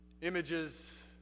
images